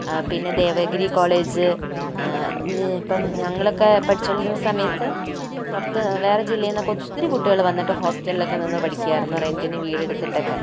പിന്നെ ദേവഗിരി കോളേജ് ഇപ്പോൾ ഞങ്ങളൊക്കെ പഠിച്ചുകൊണ്ടിരുന്ന സമയത്ത് പുറത്ത് വേറെ ജില്ലയിൽ നിന്നൊക്കെ ഒത്തിരി കുട്ടികള് വന്നിട്ട് ഹോസ്റ്റലിലൊക്കെ നിന്ന് പഠിക്കുമായിരുന്നു റെന്റിന് വീടെടുത്തിട്ടൊക്കെ